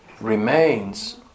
remains